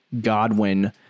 Godwin